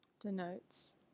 denotes